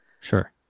Sure